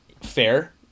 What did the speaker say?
fair